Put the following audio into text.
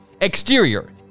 Exterior